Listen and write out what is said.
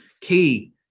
key